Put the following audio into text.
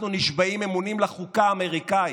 אנחנו נשבעים אמונים לחוקה האמריקאית,